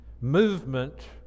movement